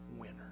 winner